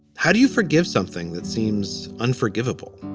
how do you forgive something that seems unforgivable?